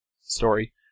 story